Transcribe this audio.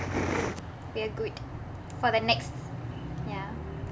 we're good for the next ya